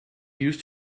used